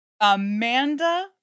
Amanda